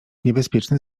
niebezpieczny